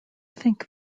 think